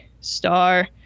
star